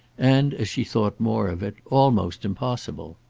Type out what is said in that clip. and, as she thought more of it, almost impossible.